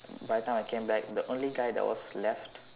by the time I came back the only guy that was left